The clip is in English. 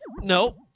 No